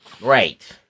Right